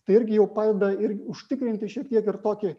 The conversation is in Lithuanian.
tai irgi jau padeda ir užtikrinti šiek tiek ir tokį